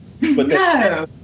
No